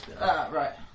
right